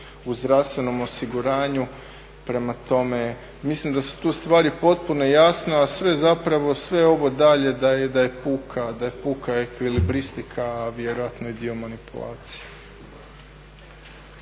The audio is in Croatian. u zdravstvenom osiguranju. Prema tome mislim da su tu stvari potpuno jasne, a sve zapravo sve ovo dalje da je puka ekvilibristika, vjerojatno i dio manipulacije.